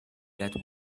that